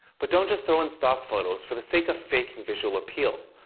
but don't just throw in stock photos for the sake of faking visual appeal.